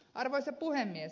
arvoisa puhemies